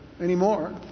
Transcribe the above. anymore